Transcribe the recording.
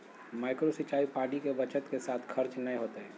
micro सिंचाई पानी के बचत के साथ खर्च नय होतय